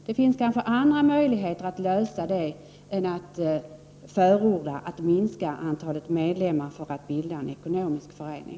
Det finns kanske andra möjligheter att lösa de problemen än att förorda en minskning av antalet medlemmar för att få bilda en ekonomisk förening.